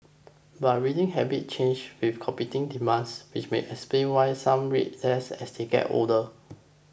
but reading habits change with competing demands which may explain why some read less as they get older